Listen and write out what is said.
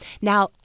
Now